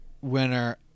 winner